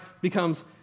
becomes